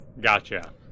Gotcha